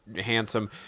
handsome